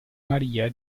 maria